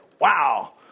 Wow